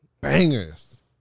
Bangers